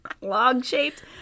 log-shaped